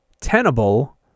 Tenable